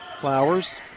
Flowers